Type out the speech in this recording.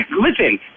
Listen